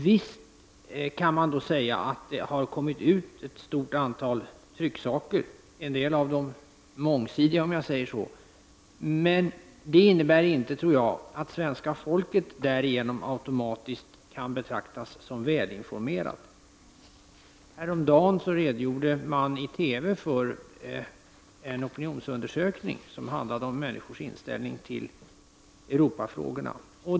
Visst kan man säga att det har kommit ut ett stort antal trycksaker — en del av dem mångsidiga, om jag får uttrycka mig så — men det innebär enligt min mening inte att svenska folket därigenom automatiskt kan betraktas som välinformerat. Häromdagen redogjorde man i TV för en opinionsundersökning som handlade om människors inställning till Europafrågorna.